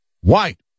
White